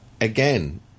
again